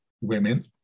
women